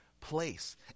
place